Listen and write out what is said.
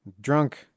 drunk